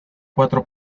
cuatro